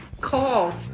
calls